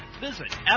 Visit